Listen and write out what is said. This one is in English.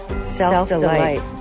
self-delight